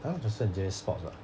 I'm not interested in joining sports [what]